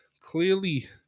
clearly